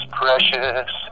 precious